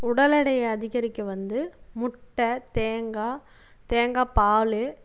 உடல் எடைய அதிகரிக்க வந்து முட்டை தேங்காய் தேங்காய் பால்